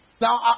Now